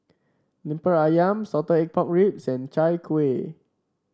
lemper ayam Salted Egg Pork Ribs and Chai Kueh